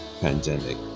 pandemic